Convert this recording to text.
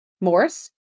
Morris